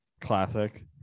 classic